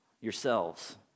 yourselves